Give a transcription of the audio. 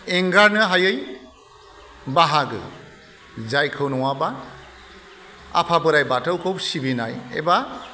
एंगारनो हायै बाहागो जायखौ नङाब्ला आफा बोराय बाथौखौ सिबिनाय एबा